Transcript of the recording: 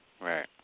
Right